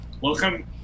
Welcome